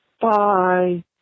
Bye